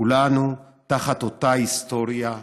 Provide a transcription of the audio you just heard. כולנו תחת אותה היסטוריה כואבת.